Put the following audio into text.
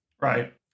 right